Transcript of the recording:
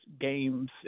games